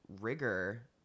rigor